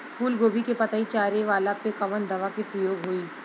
फूलगोभी के पतई चारे वाला पे कवन दवा के प्रयोग होई?